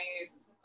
nice